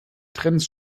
trends